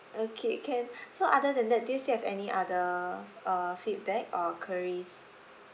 okay can so other than that do you still have any other uh feedback or queries